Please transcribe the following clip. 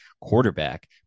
quarterback